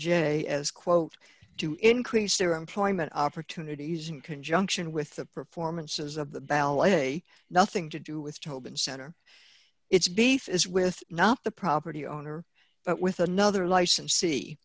j as quote to increase their employment opportunities in conjunction with the performances of the ballet nothing to do with tobin center it's beef is with not the property owner but with another license